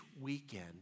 weekend